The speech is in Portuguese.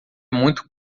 muito